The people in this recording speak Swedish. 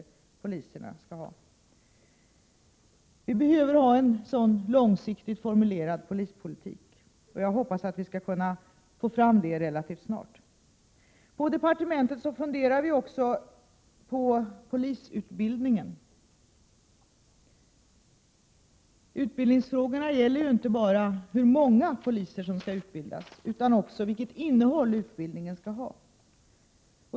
Jag hoppas att vi skall kunna få fram en sådan långsiktigt formulerad polispolitik relativt snart. I departementet funderar vi nu också på polisutbildningen. Utbildningsfrågorna gäller ju inte bara hur många poliser som skall utbildas utan också vilket innehåll utbildningen skall ha.